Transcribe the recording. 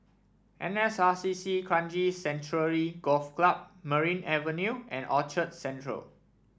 N S R C C Kranji Sanctuary Golf Club Merryn Avenue and Orchard Central